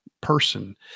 person